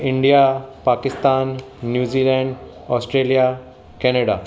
India Pakistan New Zealand Australia Canada